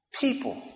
people